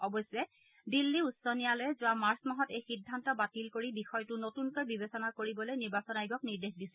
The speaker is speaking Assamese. অৱশ্যে দিল্লী উচ্চ ন্যায়ালয়ে যোৱা মাৰ্চ মাহত এই সিদ্ধান্ত বাতিল কৰি বিষয়টো নতুনকৈ বিবেচনা কৰিবলৈ নিৰ্বাচন আয়োগক নিৰ্দেশ দিছিল